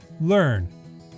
learn